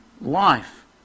life